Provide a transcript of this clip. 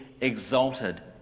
exalted